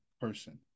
person